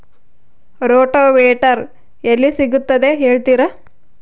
Rotavator ಎಲ್ಲಿ ಸಿಗುತ್ತದೆ ಹೇಳ್ತೇರಾ?